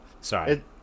sorry